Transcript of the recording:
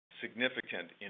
significant